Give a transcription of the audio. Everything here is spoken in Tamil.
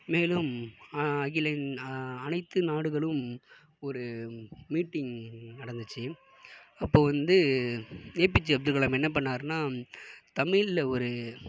மேலும் அகில அனைத்து நாடுகளும் ஒரு மீட்டிங் நடந்துச்சி அப்போ வந்து A P J Abdul Kalam என்ன பண்ணாருனா தமிழில் ஒரு